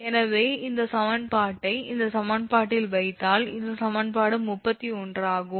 எனவே இந்த சமன்பாட்டை இந்த சமன்பாட்டில் வைத்தால் அது சமன்பாடு 36 ஆகும்